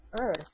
earth